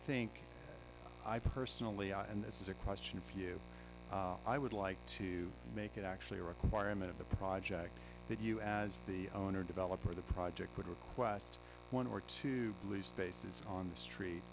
think i personally and this is a question for you i would like to make it actually a requirement of the project that you as the owner developer the project would request one or two on the street